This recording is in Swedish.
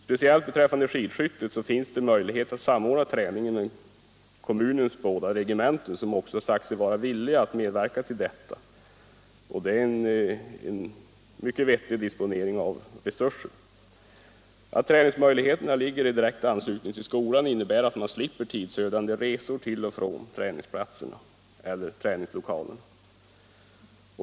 Speciellt beträffande skidskytte finns det möjlighet att samordna träningen med kommunens båda regementen, som också sagt sig vara villiga att medverka till detta. Och det är en mycket vettig disponering av resurser. Att träningsmöjligheterna ligger i direkt anslutning till skolan innebär att man slipper tidsödande resor till och från träningsplatserna eller träningslokalerna.